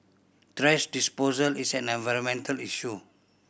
thrash disposal is an environmental issue